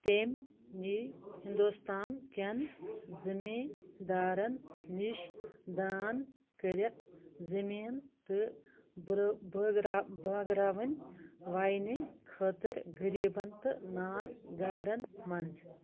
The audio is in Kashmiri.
تٔمۍ نی ہِنٛدُستان كٮ۪ن زٔمیٖندارَن نِشہِ دان كٔرِتھ زٔمیٖن تہٕ بٲگراوٕن وَینہِ خٲطرٕغریٖبَن تہٕ نانگارَن منٛز